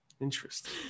interesting